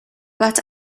but